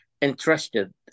interested